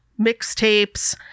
mixtapes